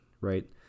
right